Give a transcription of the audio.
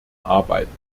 arbeiten